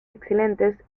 excelentes